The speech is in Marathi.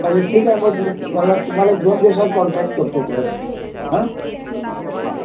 चालेल ठीक आहे मग मी याला तुम्हाला एक दोन दिवसात कॉन्टॅक्ट करतो परत हां हां